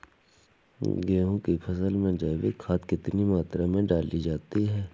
गेहूँ की फसल में जैविक खाद कितनी मात्रा में डाली जाती है?